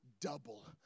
double